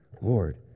Lord